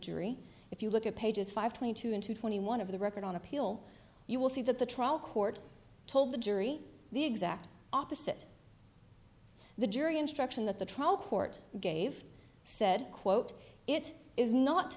jury if you look at pages five twenty two into twenty one of the record on appeal you will see that the trial court told the jury the exact opposite the jury instruction that the trial court gave said quote it is not